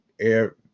air